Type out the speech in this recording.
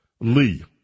Lee